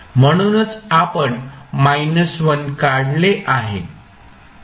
म्हणूनच आपण 1 काढले आहे